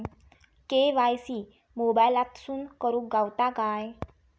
KYC मोबाईलातसून करुक गावता काय?